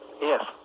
Yes